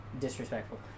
Disrespectful